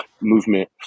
Movement